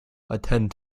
attend